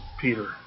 Peter